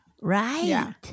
Right